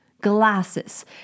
glasses